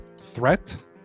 threat